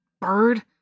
bird